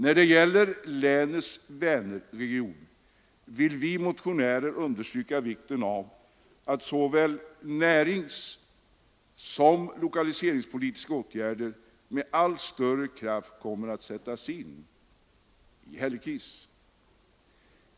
När det gäller länets Vänerregion vill vi motionärer understryka vikten av att såväl näringssom lokaliseringspolitiska åtgärder med allt större kraft sätts in i Hällekis.